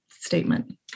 statement